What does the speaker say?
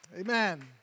Amen